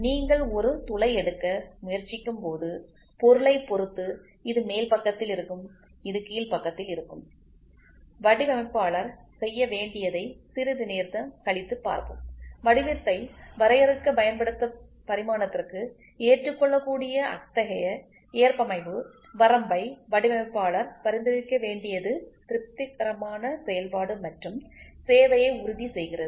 நீங்கள் ஒரு துளை எடுக்க முயற்சிக்கும்போது பொருளை பொறுத்து இது மேல் பக்கத்தில் இருக்கும் இது கீழ் பக்கத்தில் இருக்கும் வடிவமைப்பாளர் செய்ய வேண்டியதை சிறிது நேரம் கழித்து பார்ப்போம் வடிவத்தை வரையறுக்கப் பயன்படுத்தப்படும் பரிமாணத்திற்கு ஏற்றுக்கொள்ளக்கூடிய அத்தகைய ஏற்பமைவு வரம்பை வடிவமைப்பாளர் பரிந்துரைக்க வேண்டியது திருப்திகரமான செயல்பாடு மற்றும் சேவையை உறுதி செய்கிறது